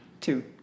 Two